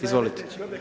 Izvolite.